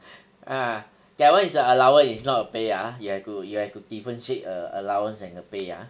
ah that one is a allowance is not a pay ah you have to you have to differentiate a allowance and a pay ah